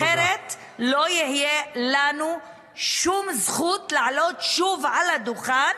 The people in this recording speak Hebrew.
אחרת, לא תהיה לנו שום זכות לעלות שוב על הדוכן